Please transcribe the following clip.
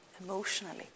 emotionally